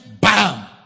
bam